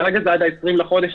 כרגע זה עד ה-20 לחודש.